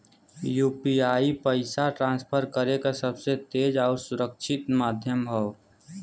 UPI पइसा transfer करे क सबसे तेज आउर सुरक्षित माध्यम हौ